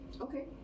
Okay